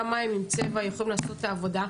גם מים עם צבע יכולים לעשות את העבודה,